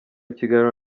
kiganiro